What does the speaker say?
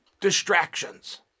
distractions